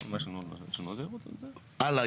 הלאה,